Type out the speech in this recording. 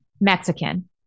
Mexican